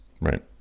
Right